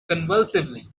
convulsively